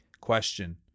Question